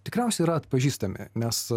tikriausiai yra atpažįstami nes